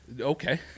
Okay